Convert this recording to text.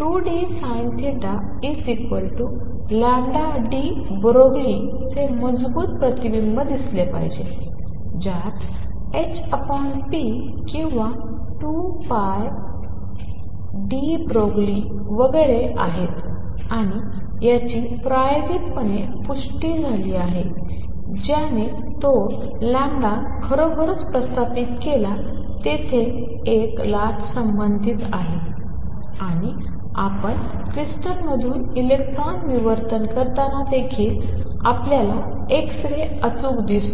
2dSinθdeBroglieचे मजबूत प्रतिबिंब दिसले पाहिजे ज्यात hp किंवा 2λdeBroglie वगैरे आहेत आणि याची प्रायोगिकपणे पुष्टी झाली ज्याने तो लॅम्बडा खरोखरच स्थापित केला तेथे एक लाट संबंधित आहे आणि आपण क्रिस्टलमधून इलेक्ट्रॉन विवर्तन करतांना देखील आपल्याला एक्स रे अचूक दिसतो